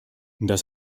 das